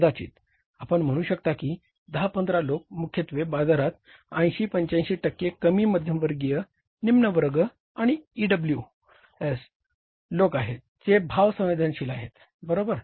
कदाचित आपण म्हणू शकता 10 15 लोक मुख्यत्वे बाजारात 80 85 टक्के कमी मध्यमवर्गीय निम्न वर्ग आणि ईडब्ल्यूएस लोक आहेत जे भाव संवेदनशील आहेत बरोबर